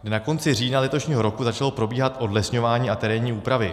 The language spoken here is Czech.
Na konci října letošního roku začalo probíhat odlesňování a terénní úpravy.